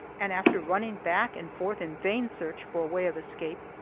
and after running back and forth in vain search for a way of escape,